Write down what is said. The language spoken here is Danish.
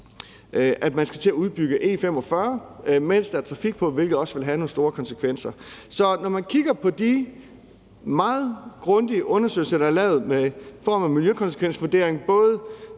at man skal til at udbygge E45, mens der er trafik på den; det vil også have nogle store konsekvenser. Så når man kigger på de meget grundige undersøgelser, der er lavet i form af miljøkonsekvensvurderinger, både